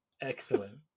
Excellent